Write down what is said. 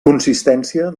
consistència